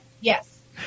Yes